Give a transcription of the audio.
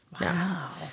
Wow